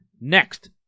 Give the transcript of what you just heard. next